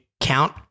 count